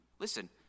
Listen